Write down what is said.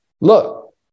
look